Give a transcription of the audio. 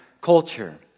culture